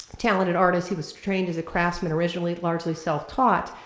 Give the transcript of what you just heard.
talented artist, he was trained as a craftsman originally, largely self-taught,